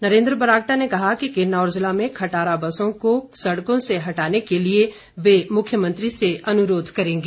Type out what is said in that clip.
नरेन्द्र बरागटा ने कहा कि किन्नौर जिला में खटारा बसों को सड़कों से हटाने के लिए वे मुख्यमंत्री से अनुरोध करेंगे